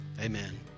Amen